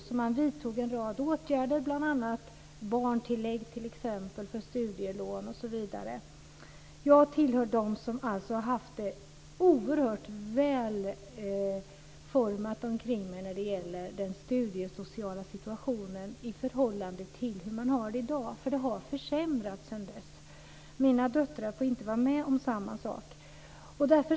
Därför vidtog man en rad åtgärder, bl.a. barntillägg för studielån. Jag tillhör dem som har haft det oerhört väl format omkring mig i den studiesociala situationen i förhållande till hur man har det i dag. Det har försämrats sedan dess. Mina döttrar får inte vara med om samma sak. Fru talman!